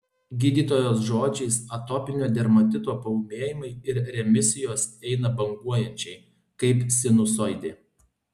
gydytojos žodžiais atopinio dermatito paūmėjimai ir remisijos eina banguojančiai kaip sinusoidė